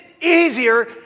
easier